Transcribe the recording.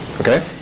okay